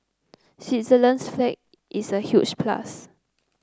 Switzerland's flag is a huge plus